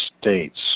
States